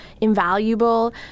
invaluable